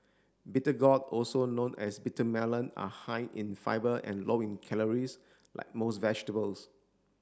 bitter gourd also known as bitter melon are high in fibre and low in calories like most vegetables